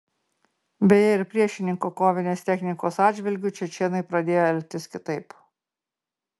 beje ir priešininko kovinės technikos atžvilgiu čečėnai pradėjo elgtis kitaip